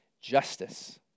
justice